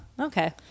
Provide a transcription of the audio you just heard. okay